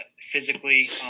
physically